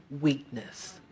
weakness